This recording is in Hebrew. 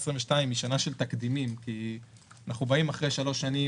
2022-2021 היא שנה של תקדימים כי אנחנו באים אחרי שנתיים